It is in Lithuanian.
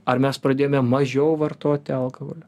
ar mes pradėjome mažiau vartoti alkoholio